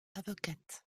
avocate